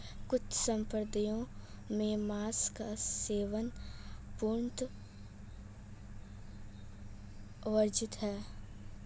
कुछ सम्प्रदायों में मांस का सेवन पूर्णतः वर्जित है